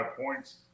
points